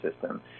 system